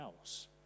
else